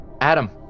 Adam